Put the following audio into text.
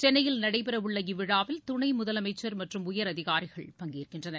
சென்னையில் நடைபெறவுள்ள இவ்விழாவில் துணை முதலமைச்சர் மற்றும் உயர் அதிகாரிகள் பங்கேற்கின்றனர்